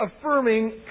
affirming